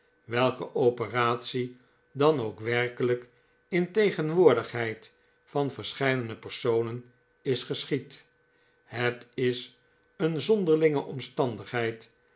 welke operatie dan ook werkelijk in tegenwoordigheid van verscheidene personen is geschied het is een zonderlinge omstandigheid